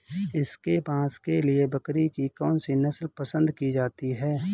इसके मांस के लिए बकरी की कौन सी नस्ल पसंद की जाती है?